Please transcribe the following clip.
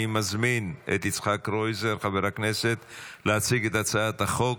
אני מזמין את חבר הכנסת יצחק קרויזר להציג את הצעת החוק.